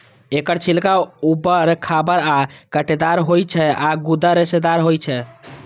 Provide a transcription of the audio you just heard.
एकर छिलका उबर खाबड़ आ कांटेदार होइ छै आ गूदा रेशेदार होइ छै